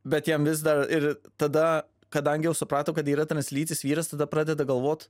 bet jam vis dar ir tada kadangi jau suprato kad yra translytis vyras tada pradeda galvot